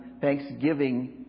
Thanksgiving